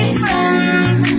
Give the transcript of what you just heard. friends